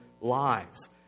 lives